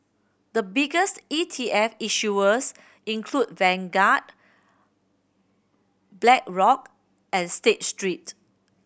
the biggest E T F issuers include Vanguard Blackrock and State Street